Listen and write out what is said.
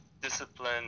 Discipline